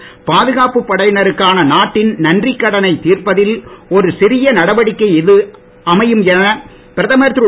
நினைவுச் பாதுகாப்புப் படையினருக்கான நாட்டின் நன்றிக் கடனைத் தீர்ப்பதில் ஒர் சிறிய நடவடிக்கையாக இது அமையும் என பிரதமர் திரு